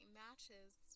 matches